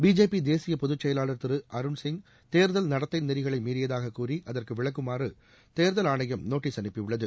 BJP தேசிய பொதுச்செயலாளர் திரு அருண் சிங் தேர்தல் நடத்தை நெறிகளை மீறியதாக கூறி அதற்கு விளக்கமளிக்குமாறு தேர்தல் ஆணையம் நோட்டீஸ் அனுப்பியுள்ளது